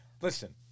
listen